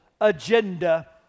agenda